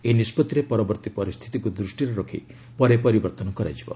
ଏହି ନିଷ୍ପତ୍ତିରେ ପରବର୍ତ୍ତୀ ପରିସ୍ଥିତିକୁ ଦୃଷ୍ଟିରେ ରଖି ପରେ ପରିବର୍ତ୍ତନ କରାଯିବ